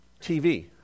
TV